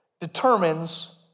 determines